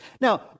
Now